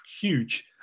Huge